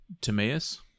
Timaeus